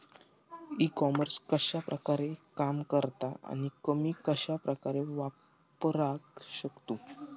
E commerce कश्या प्रकारे काम करता आणि आमी कश्या प्रकारे वापराक शकतू?